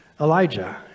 Elijah